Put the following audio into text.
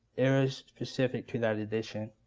errors specific to that edition.